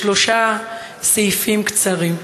שלושה סעיפים קצרים: